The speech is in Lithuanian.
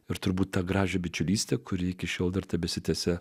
ir turbūt tą gražią bičiulystę kuri iki šiol dar tebesitęsia